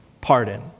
pardon